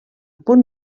punt